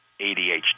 ADHD